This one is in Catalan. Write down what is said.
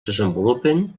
desenvolupen